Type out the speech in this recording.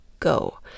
go